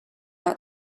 not